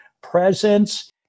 presence